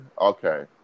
Okay